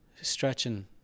stretching